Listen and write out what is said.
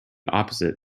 opposite